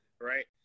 right